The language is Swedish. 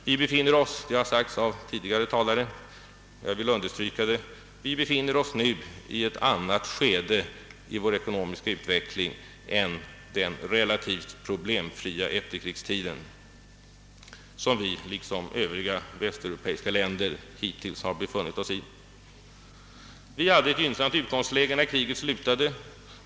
Vi befinner oss — det har sagts av tidigare talare och jag vill understryka det — nu i ett annat skede i vår ekonomiska utveckling än den för oss liksom för övriga västeuropeiska länder relativt problemfria efterkrigstiden. Vi hade ett gynnsamt utgångsläge när kriget slutade.